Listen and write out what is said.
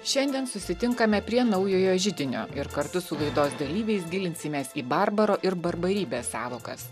šiandien susitinkame prie naujojo židinio ir kartu su laidos dalyviais gilinsimės į barbaro ir barbarybės sąvokas